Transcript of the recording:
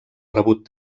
rebut